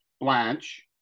Blanche